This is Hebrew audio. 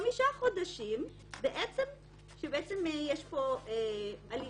חמישה חודשים שיש פה בעצם הליכים.